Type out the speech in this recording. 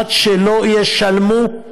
עד שלא ישלמו,